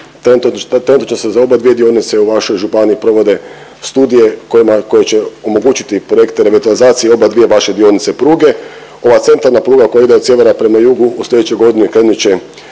trenutačno se za obadvije dionice u vašoj županiji provode studije koje će omogućiti projekte revitalizacije obadvije vaše dionice pruge. Ova centralna pruga koja ide od sjevera prema jugu od sljedeće godine krenut će